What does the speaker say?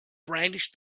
brandished